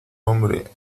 hombre